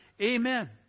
Amen